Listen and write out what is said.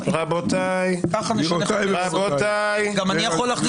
רבותיי -- גם אני יכול להכניס תיקון?